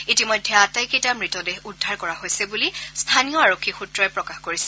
ইতিমধ্যে আটাইকেইটা মৃতদেহ উদ্ধাৰ কৰা হৈছে বুলি স্থানীয় আৰক্ষী সূত্ৰই প্ৰকাশ কৰিছে